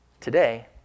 Today